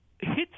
hits